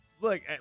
Look